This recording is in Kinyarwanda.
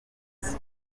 hafi